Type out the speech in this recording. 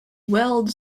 weld